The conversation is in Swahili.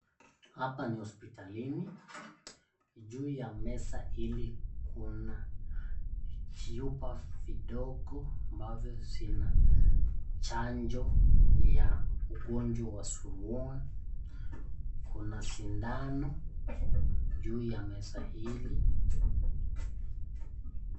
Hapa ni hospitalini . Juu ya meza hili kuna vyupa vidogo ambazo zina chanjo ya ugonjwa wa surua. Kuna sindano juu ya meza hili.